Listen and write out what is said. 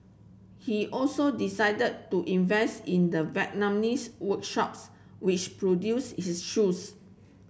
he also decided to invest in the Vietnamese workshops which produced his shoes